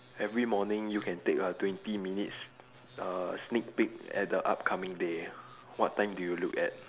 every morning you can take a twenty minutes uh sneak peak at the upcoming day what time do you look at